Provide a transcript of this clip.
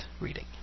reading